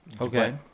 okay